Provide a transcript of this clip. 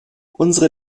unsere